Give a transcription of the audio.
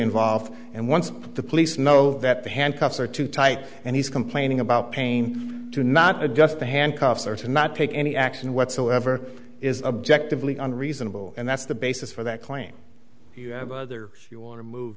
involved and once the police know that the handcuffs are too tight and he's complaining about pain do not adjust the handcuffs or to not take any action whatsoever is objectively an reasonable and that's the basis for that claim you have either you want to move